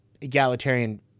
egalitarian